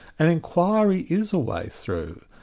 and inquiry is a way through.